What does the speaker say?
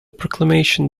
proclamation